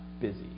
busy